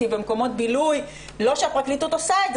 כי במקומות בילוי לא שהפרקליטות עושה את זה